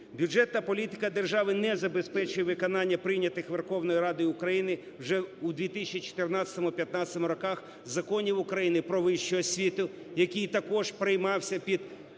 Бюджетна політика держави не забезпечує виконання прийнятих Верховною Радою України вже у 2014-2015 роках Законів України "Про вищу освіту", який також приймався під